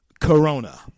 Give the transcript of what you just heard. Corona